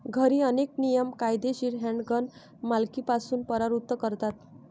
घरी, अनेक नियम कायदेशीर हँडगन मालकीपासून परावृत्त करतात